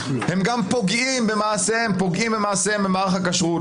הם גם פוגעים במעשיהם במערך הכשרות,